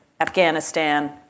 Afghanistan